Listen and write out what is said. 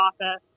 office